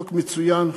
חוק מצוין,